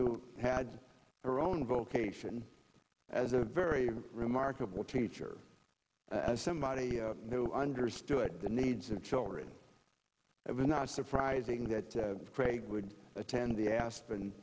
who had her own vocation as a very remarkable teacher as somebody who understood the needs of children it was not surprising that craig would attend the aspen